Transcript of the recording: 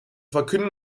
verkündung